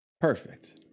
perfect